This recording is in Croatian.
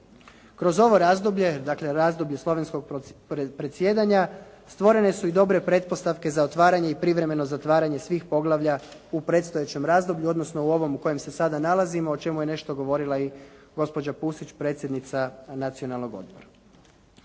Kroz ovo razdoblje dakle razdoblje slovenskog predsjedanja stvorene su i dobre pretpostavke za otvaranje i privremeno zatvaranje svih poglavlja u predstojećem razdoblju odnosno u ovom u kojem se sada nalazimo o čemu je nešto govorila i gospođa Pusić, predsjednica Nacionalnog odbora.